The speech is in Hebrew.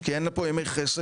כי אין פה ימי חסד,